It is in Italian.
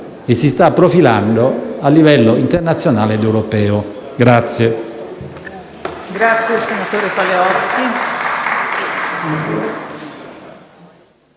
che si sta profilando a livello internazionale ed europeo.